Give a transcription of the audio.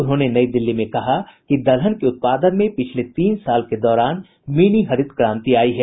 उन्होंने नई दिल्ली में कहा कि दलहन के उत्पादन में पिछले तीन साल के दौरान मिनी हरित क्रांति आ गयी है